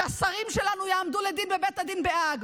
שהשרים שלנו יעמדו לדין בבית הדין בהאג.